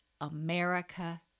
America